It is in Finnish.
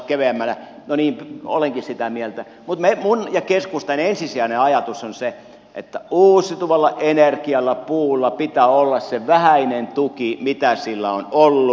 no niin olenkin sitä mieltä mutta minun ja keskustan ensisijainen ajatus on se että uusiutuvalla energialla puulla pitää olla se vähäinen tuki mitä sillä on ollut